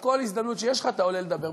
כל הזדמנות שיש לך אתה עולה לדבר.